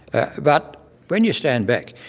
but when you stand back,